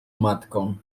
matką